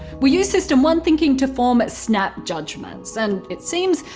we use system one thinking to form snap judgements, and it seems,